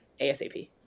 ASAP